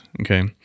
Okay